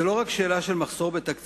זה לא רק שאלה של מחסור בתקציבים,